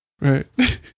right